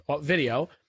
video